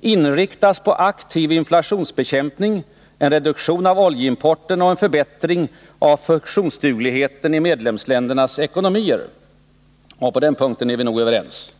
inriktas på aktiv inflationsbekämpning, en reduktion av oljeimporten och en förbättring av funktionsdugligheten i medlemsländernas ekonomier — och på den punkten är vi nog överens.